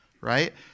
right